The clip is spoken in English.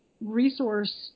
resource